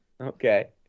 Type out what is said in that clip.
Okay